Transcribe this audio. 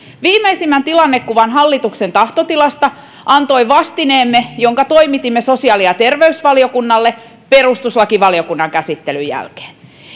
viimeisimmän tilannekuvan hallituksen tahtotilasta antoi vastineemme jonka toimitimme sosiaali ja terveysvaliokunnalle perustuslakivaliokunnan käsittelyn jälkeen